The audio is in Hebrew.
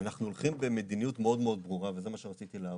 אנחנו הולכים במדיניות מאוד מאוד ברורה וזה מה שרציתי להראות.